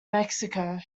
mexico